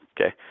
okay